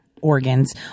organs